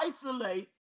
isolate